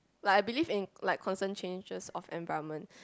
like I believe in like constant changes of environment